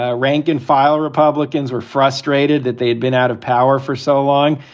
ah rank and file republicans were frustrated that they had been out of power for so long.